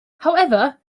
however